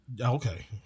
Okay